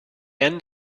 end